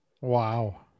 Wow